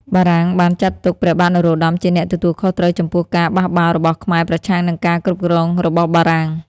បារាំងបានចាត់ទុកព្រះបាទនរោត្តមជាអ្នកទទួលខុសត្រូវចំពោះការបះបោររបស់ខ្មែរប្រឆាំងនឹងការគ្រប់គ្រងរបស់បារាំង។